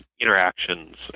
interactions